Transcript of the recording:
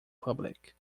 public